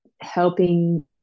helping